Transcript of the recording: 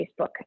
Facebook